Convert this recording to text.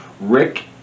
Rick